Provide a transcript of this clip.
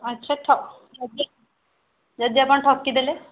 ଆଛା ଯଦି ଯଦି ଆପଣ ଠକି ଦେଲେ